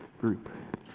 group